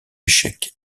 échecs